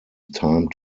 time